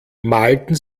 malten